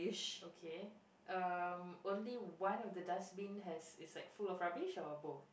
okay um only one of the dustbin has is like full of rubbish or both